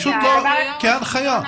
כהנחיה.